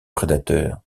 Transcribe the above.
prédateurs